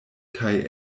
kaj